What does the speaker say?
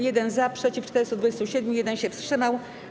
1 - za, przeciw - 427, 1 się wstrzymał.